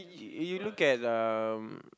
you you look at um